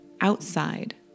outside